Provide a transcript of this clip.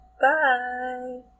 Bye